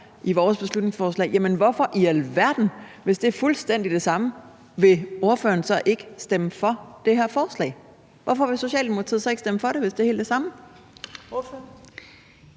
i vores beslutningsforslag. Jamen hvorfor i alverden er man ikke for, hvis det er fuldstændig det samme? Vil ordføreren så ikke stemme for det her forslag? Hvorfor vil Socialdemokratiet så ikke stemme for det, hvis det er helt det samme?